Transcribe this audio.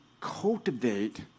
cultivate